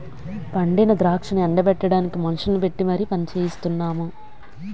పండిన ద్రాక్షను ఎండ బెట్టడానికి మనుషుల్ని పెట్టీ మరి పనిచెయిస్తున్నాము